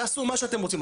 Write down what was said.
תעשו מה שאתם רוצים,